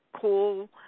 cool